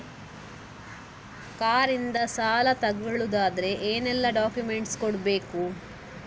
Car ಇಂದ ಸಾಲ ತಗೊಳುದಾದ್ರೆ ಏನೆಲ್ಲ ಡಾಕ್ಯುಮೆಂಟ್ಸ್ ಕೊಡ್ಬೇಕು?